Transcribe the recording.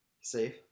Safe